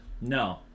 No